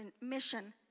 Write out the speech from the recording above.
mission